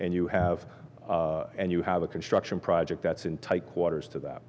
and you have and you have a construction project that's in tight quarters to that